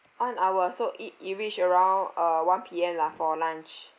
half and hour so it it reach around uh one P_M lah for lunch